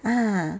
ah